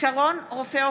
שרון רופא אופיר,